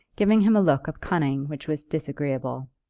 giving him a look of cunning which was disagreeable.